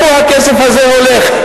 לאיפה הכסף הזה הולך?